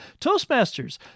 Toastmasters